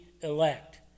elect